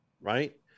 right